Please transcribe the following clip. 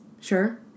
Sure